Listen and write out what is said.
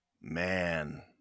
Man